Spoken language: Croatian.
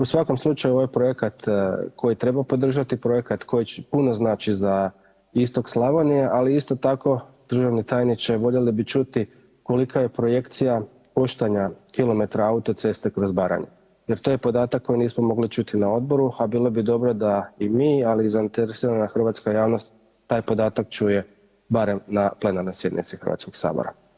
U svakom slučaju ovaj projekat koji treba podržati je projekat koji puno znači za istok Slavonije, ali isto tako državni tajniče voljeli bismo čuti kolika je projekcija koštanja kilometra autoceste kroz Baranju, jer to je podatak koji nismo čuti na odboru, a bilo bi dobro da i mi, ali i zainteresirana hrvatska javnost taj podatak čuje barem na plenarnoj sjednici Hrvatskoga sabora.